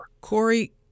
Corey